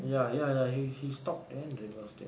ya ya ya he stopped and reversed it